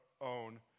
own